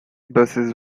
buses